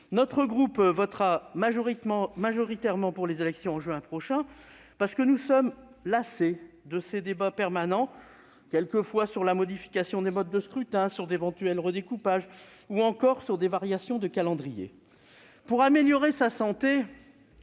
Notre groupe votera majoritairement pour la tenue des élections en juin prochain, parce qu'il est lassé de ces débats permanents sur la modification des modes de scrutin, sur d'éventuels redécoupages ou encore sur des variations de calendrier. Pour améliorer sa santé,